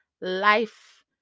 life